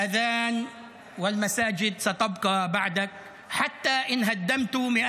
(אומר בערבית: ) חברת הכנסת טלי גוטליב,